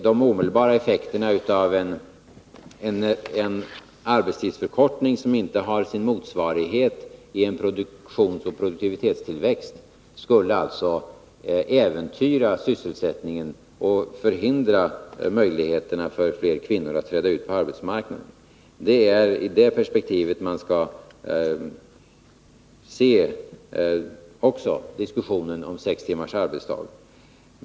De omedelbara effekterna av en arbetstidsförkortning som inte har sin motsvarighet i en produktionsoch produktivitetstillväxt skulle alltså äventyra sysselsättningen och ta bort möjligheterna för fler kvinnor att träda ut på arbetsmarknaden. Det är i det perspektivet som man skall se också Nr 33 diskussionen om sex timmars arbetsdag.